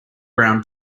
brown